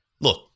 look